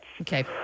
Okay